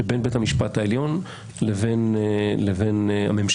שבין בית המשפט העליון לבין הממשלה.